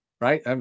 right